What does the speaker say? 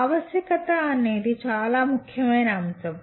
ఆవశ్యకత అనేది చాలా ముఖ్యమైన అంశం